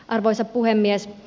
arvoisa puhemies